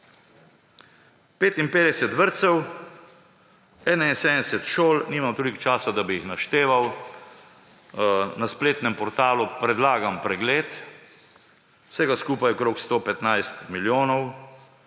55 vrtcev, 71 šol, nimam toliko časa, da bi jih našteval, na spletnem portalu predlagam pregled, vsega skupaj okrog 115 milijonov.